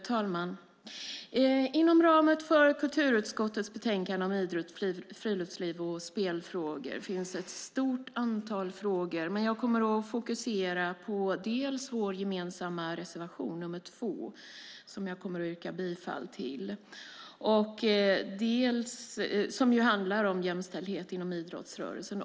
Fru talman! Inom ramen för kulturutskottets betänkande om idrott, friluftsliv och spelfrågor finns ett stort antal frågor. Jag kommer att fokusera på vår gemensamma reservation nr 2, som jag yrkar bifall till och som handlar om jämställdhet inom idrottsrörelsen.